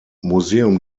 museum